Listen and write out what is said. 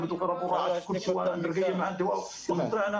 וסוגיות של ביצוע ועמידה בכל הכללים של בנייה,